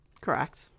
Correct